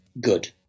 good